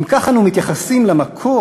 אם כך אנו מתייחסים למקור,